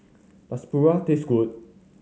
does paru taste good